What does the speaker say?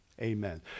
Amen